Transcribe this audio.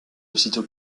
aussitôt